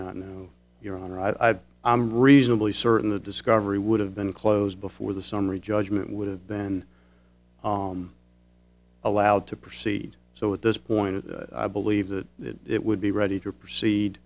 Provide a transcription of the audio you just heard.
not and your honor i'd i'm reasonably certain the discovery would have been closed before the summary judgment would have been allowed to proceed so at this point i believe that it would be ready to proceed